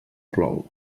plou